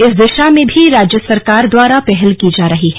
इस दिशा में भी राज्य सरकार द्वारा पहल की जा रही है